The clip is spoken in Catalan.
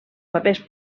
papers